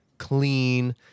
Clean